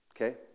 okay